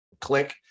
Click